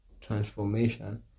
transformation